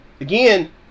Again